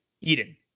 Eden